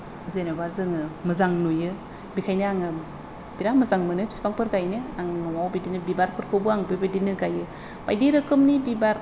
जेन'बा जोङो मोजां नुयो बेखायनो आङो बिराद मोजां मोनो बिफांफोर गायनो आं न'आव बिदिनो बिबारफोरखौबो आं बेबायदिनो गायो बायदि रोखोमनि बिबार